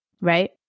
right